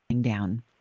down